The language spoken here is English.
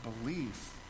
belief